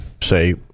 say